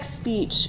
speech